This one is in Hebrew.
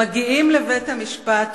מגיעים לבית-המשפט,